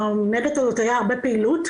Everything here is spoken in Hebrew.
לניידת הזאת הייתה הרבה פעילות,